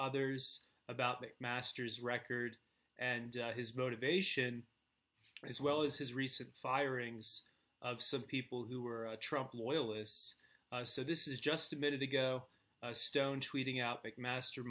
others about their masters record and his motivation as well as his recent firings of some people who were trumped loyalists so this is just a minute ago stone tweeting out big master